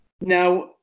Now